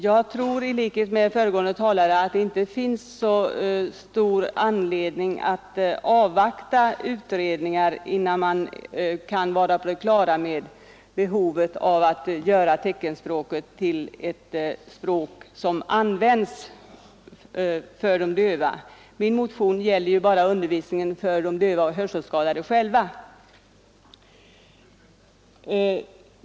Jag tror i likhet med föregående talare att det inte finns så stor anledning att avvakta utredningar för att bli på det klara med behovet av att göra teckenspråket till ett språk som används av de döva. Min motion gäller ju bara undervisningen för de döva och hörselskadade själva.